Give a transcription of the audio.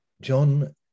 John